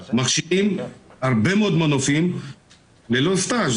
מכשירים הרבה מאוד מנופים ללא סאטז',